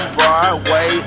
Broadway